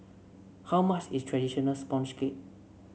how much is traditional sponge cake